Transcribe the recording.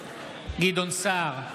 גדעון סער,